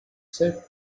said